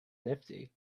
nifty